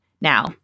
Now